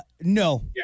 no